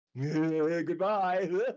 Goodbye